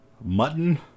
mutton